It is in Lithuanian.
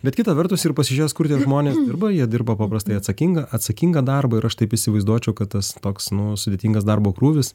bet kita vertus ir pasižiūrėjus kur tie žmonės dirba jie dirba paprastai atsakingą atsakingą darbą ir aš taip įsivaizduočiau kad tas toks sudėtingas darbo krūvis